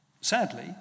Sadly